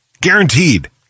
Guaranteed